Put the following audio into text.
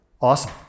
Awesome